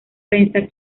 prensa